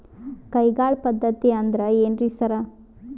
ಕೈಗಾಳ್ ಪದ್ಧತಿ ಅಂದ್ರ್ ಏನ್ರಿ ಸರ್?